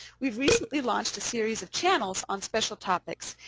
we've recently launched a series of channels on special topics.